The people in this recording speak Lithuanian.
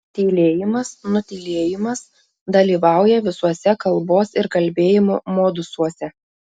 tylėjimas nutylėjimas dalyvauja visuose kalbos ir kalbėjimo modusuose